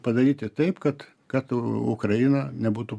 padaryti taip kad kad ukraina nebūtų